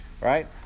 right